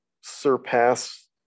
surpass